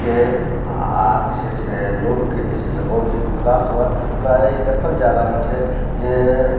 के आ जे छै से लोकके जे छै से बौद्धिक विकास हुअ प्रायः ई देखल जा रहल छै जे